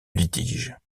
litige